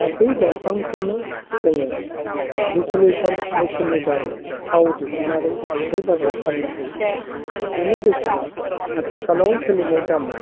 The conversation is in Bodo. गासै दंफांखौनो जोङो डिसटिलिसन मेचिननि दारै थाव दिनहुननानै हाथाय बाजाराव फाननो हायो बेनि बेसेना आथिखालाव सोलिनाय दामा